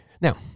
Now